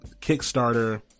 Kickstarter